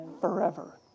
forever